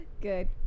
Good